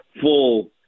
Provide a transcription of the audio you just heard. full